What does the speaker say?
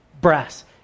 Brass